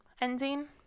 ending